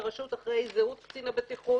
אחרי זהות קצין הבטיחות.